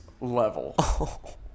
level